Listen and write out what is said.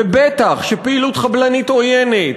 ובטח שטיפול בפעילות חבלנית עוינת